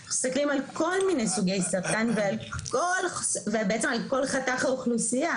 אנחנו מסתכלים על כל מיני סוגי סרטן ובעצם על כל חתך האוכלוסייה,